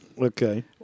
Okay